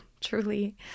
truly